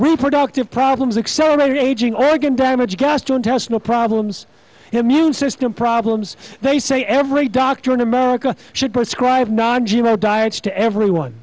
reproductive problems accelerator aging organ damage gastrointestinal problems immune system problems they say every doctor in america should prescribe nagumo diets to everyone